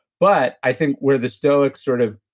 but i think where the stoics sort of.